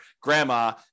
Grandma